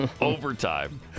overtime